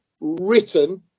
written